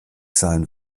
sein